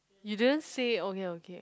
you didn't say okay okay